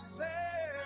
say